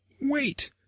Wait